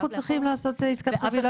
אז למה אנחנו צריכים לעשות עסקת חבילה